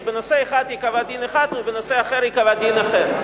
שבנושא אחד ייקבע דין אחד ובנושא אחר ייקבע דין אחר.